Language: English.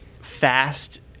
fast